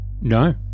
No